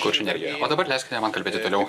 kuršių nerijoje o dabar leiskite man kalbėti toliau